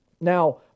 Now